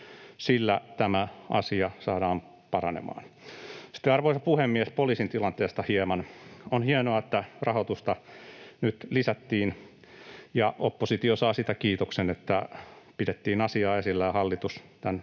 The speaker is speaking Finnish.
Sillä tämä asia saadaan paranemaan. Sitten, arvoisa puhemies, poliisin tilanteesta hieman. On hienoa, että rahoitusta nyt lisättiin, ja oppositio saa siitä kiitoksen, että pidettiin asiaa esillä ja hallitus tämän